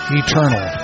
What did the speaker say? eternal